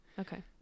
Okay